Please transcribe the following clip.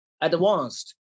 advanced